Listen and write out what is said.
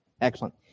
Excellent